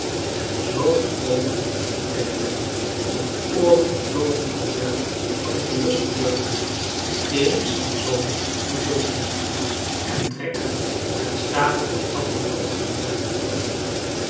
en zoo komen die twee terug onder het oorverdoovend gejuich van de verloste burgerij de regeering is van den zolder van het logement gedaald en trekt plechtstatig den dapperen overwinnaar